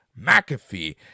McAfee